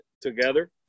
together